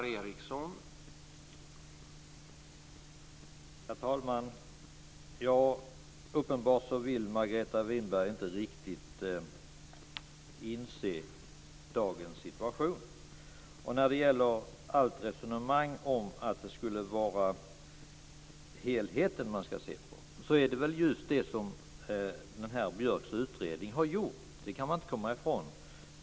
Herr talman! Margareta Winberg vill uppenbarligen inte riktigt inse dagens situation. Hon för ett resonemang om att man skall se på helheten. Det är väl just det som Björks utredningen har gjort. Det kan man inte komma ifrån.